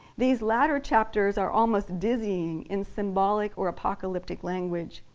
these latter chapters are almost dizzying in symbolic or apocalyptic language.